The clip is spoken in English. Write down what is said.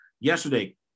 yesterday